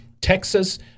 Texas